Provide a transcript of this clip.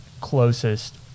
closest